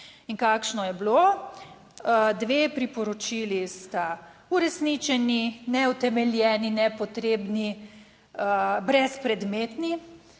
In kakšno je bilo? Dve priporočili sta uresničeni, neutemeljeni, nepotrebni, brezpredmetni;